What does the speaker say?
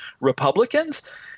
Republicans